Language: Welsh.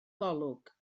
golwg